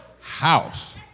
house